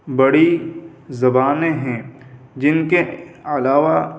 بڑی زبانیں ہیں جن کے علاوہ